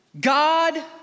God